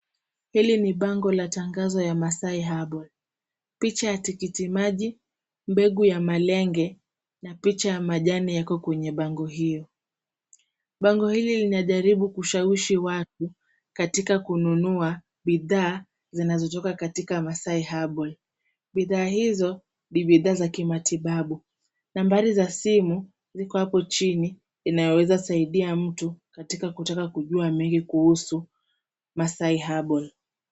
Hili ni bango la tangazo ya Masai Herbal. Picha ya tikitimaji, mbegu ya malenge na picha ya majani yako kwenye bango hio. Bango hili linajaribu kushawishi watu katika kununua bidhaa zinazotoka katika Masai Herbal. Bidhaa hizo ni bidhaa za kimatibabu. Nambari za simu ziko hapo chini inayoweza saidia mtu katika kutaka kujua mengi kuhusu Masai Herbal.